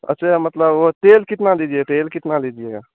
अच्छा मतलब तेल कितना लीजिएगा तेल कितना लीजिएगा